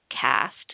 cast